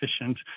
efficient